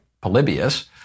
Polybius